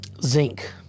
zinc